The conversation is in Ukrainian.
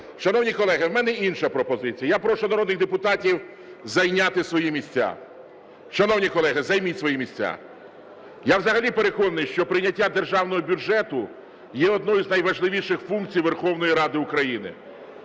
шановні колеги, у мене інша пропозиція. Я прошу народних депутатів зайняти свої місця. Шановні колеги, займіть свої місця. Я взагалі переконаний, що прийняття Державного бюджету є одною із найважливіших функції Верховної Ради України.